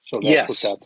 Yes